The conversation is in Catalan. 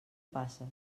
passes